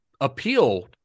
appeal